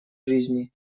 жизни